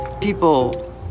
people